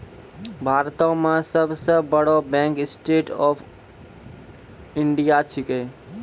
भारतो मे सब सं बड़ो bank state bank of India छिकै